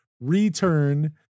Return